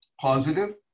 positive